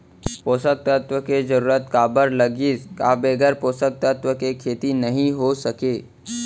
पोसक तत्व के जरूरत काबर लगिस, का बगैर पोसक तत्व के खेती नही हो सके?